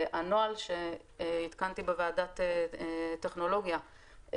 והנוהל שעדכנתי בוועדת טכנולוגיה,